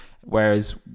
whereas